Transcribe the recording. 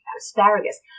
asparagus